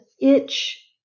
itch